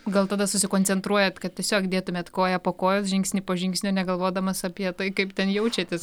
gal tada susikoncentruojat kad tiesiog dėtumėt koją po kojos žingsnį po žingsnio negalvodamas apie tai kaip ten jaučiatės